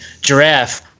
Giraffe